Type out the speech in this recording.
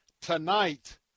tonight